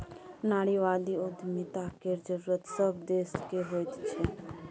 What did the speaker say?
नारीवादी उद्यमिता केर जरूरत सभ देशकेँ होइत छै